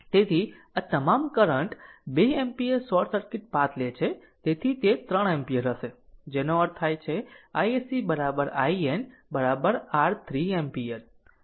તેથી આ તમામ current 2 ampere short circuit path લે છે તેથી તે 3 એમ્પીયર હશે જેનો અર્થ થાય છે iSC IN r 3 એમ્પીયર